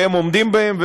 שהם עומדים בהם,